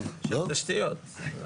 כן, תשתיות.